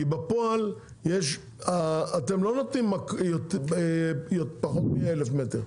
כי בפועל אתם לא נותנים פחות מ-1,000 מטר,